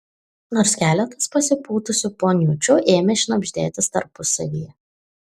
nors keletas pasipūtusių poniučių ėmė šnabždėtis tarpusavyje